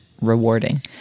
rewarding